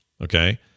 Okay